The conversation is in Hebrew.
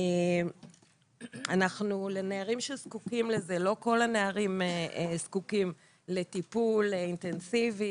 לא כל הנערים זקוקים לטיפול אינטנסיבי,